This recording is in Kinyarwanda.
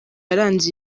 yaranze